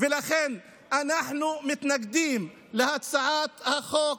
ולכן אנחנו מתנגדים להצעת החוק.